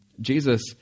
Jesus